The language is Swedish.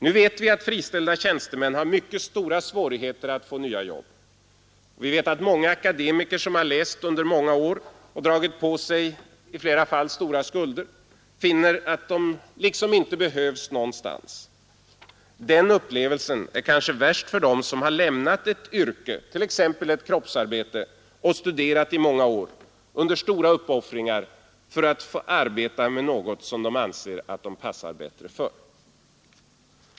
Vi vet att friställda tjänstemän har mycket stora svårigheter att få nya jobb, och vi vet också att många akademiker som har läst under lång tid och dragit på sig i flera fall stora skulder nu finner att de liksom inte behövs någonstans. Den upplevelsen är kanske värst för dem som lämnat ett yrke, t.ex. ett kroppsarbete, och studerat i många år under stora uppoffringar för att få arbeta med något som de anser att de passar bättre för.